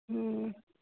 हु